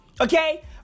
Okay